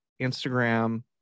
Instagram